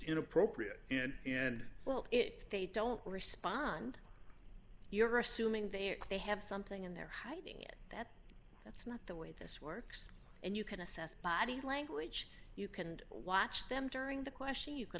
inappropriate and and well if they don't respond you're assuming they are they have something and they're hiding it that that's not the way this works and you can assess body language you can watch them during the question you can